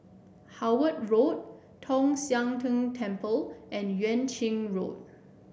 Howard Road Tong Sian Tng Temple and Yuan Ching Road